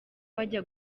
bajya